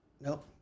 Nope